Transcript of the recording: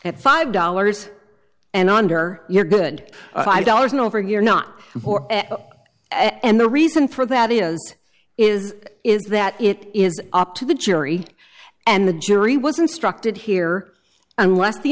at five dollars and under your good five dollars and over you're not and the reason for that is is that it is up to the jury and the jury was instructed here unless the